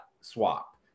swap